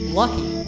lucky